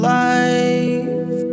life